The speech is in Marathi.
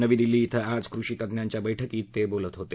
नवी दिल्ली इथं आज कृषी तज्ज्ञांच्या बेठकीत ते बोलत होते